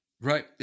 Right